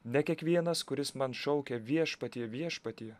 ne kiekvienas kuris man šaukia viešpatie viešpatie